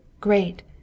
great